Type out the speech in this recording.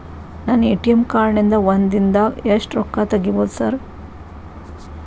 ನನ್ನ ATM card ನಿಂದಾ ಒಂದ್ ದಿಂದಾಗ ಎಷ್ಟ ರೊಕ್ಕಾ ತೆಗಿಬೋದು ಸಾರ್?